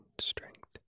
strength